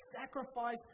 sacrifice